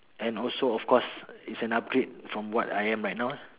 and also of course is an upgrade from what I am right now lah